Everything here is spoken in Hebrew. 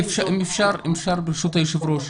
אם אפשר ברשות היושב ראש.